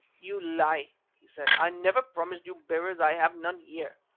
you lie, he said. i never promised you bearers i have none here.